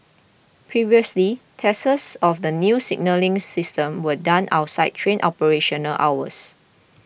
previously tests of the new signalling system were done outside train operational hours